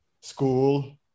School